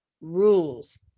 rules